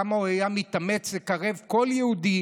כמה הוא היה מתאמץ לקרב כל יהודי